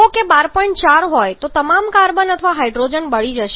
4 કહો તો તમામ કાર્બન અથવા હાઇડ્રોજન બળી જશે નહીં